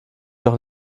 doch